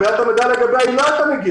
אם היה את המידע לגביה היא לא הייתה מגיעה